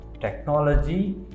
technology